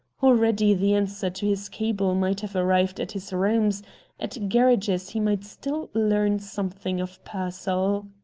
already the answer to his cable might have arrived at his rooms at gerridge's he might still learn something of pearsall.